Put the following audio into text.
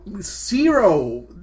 zero